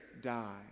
die